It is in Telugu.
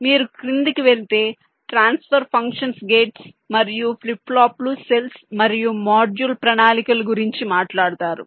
మీరు క్రిందికి వెళితే ట్రాన్స్ఫర్ ఫంక్షన్స్ గేట్లు మరియు ఫ్లిప్ ఫ్లాప్లు సెల్స్ మరియు మాడ్యూల్ ప్రణాళికల గురించి మాట్లాడుతారు